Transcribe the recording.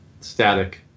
static